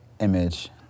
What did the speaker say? image